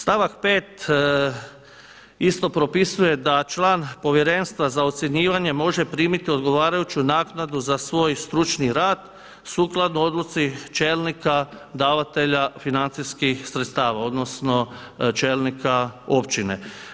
Stavak 5. isto propisuje da član Povjerenstva za ocjenjivanje može primiti odgovarajuću naknadu za svoj stručni rad sukladno odluci čelnika davatelja financijskih sredstava odnosno čelnika općine.